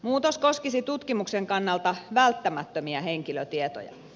muutos koskisi tutkimuksen kannalta välttämättömiä henkilötietoja